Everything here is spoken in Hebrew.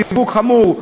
סיווג חמור,